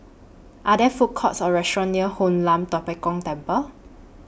Are There Food Courts Or restaurants near Hoon Lam Tua Pek Kong Temple